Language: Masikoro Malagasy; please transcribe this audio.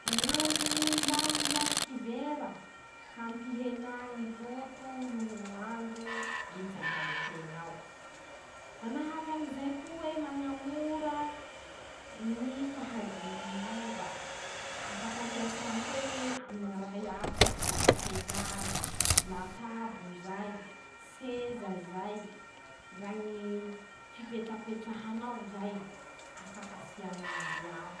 Ñ'antony ilà ñy lafiky vera: -Hampienà ñy loto noho ñ'ando militsy antraño nteña ao, manahakan'izay koa ii mañamora ñy fahaa liova afaky ampiasà nteña ii aminy ñy raha iaby ilànteñ'azy, latabo zay, seza zay, ndra ñyy fipetrapetrahanao zay, afak'asia ñ'az'iaby.